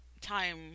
time